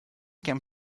can